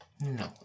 No